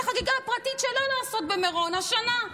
את החגיגה הפרטית שלה במירון השנה.